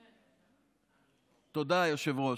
תודה, היושב-ראש.